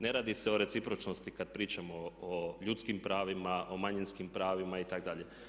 Ne radi se o recipročnosti kada pričamo o ljudskim pravima, o manjinskim pravima itd.